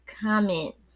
comments